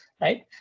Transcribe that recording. right